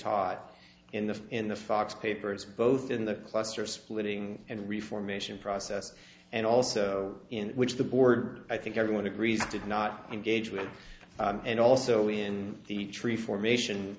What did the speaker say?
tie in the in the fox papers both in the cluster splitting and reform ation process and also in which the board i think everyone agrees did not engage with and also in the tree formation